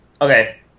Okay